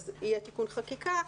אז יהיה תיקון חקיקה.